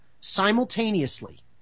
simultaneously